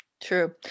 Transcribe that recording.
True